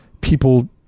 people